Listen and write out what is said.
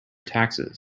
taxes